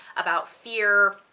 about fear.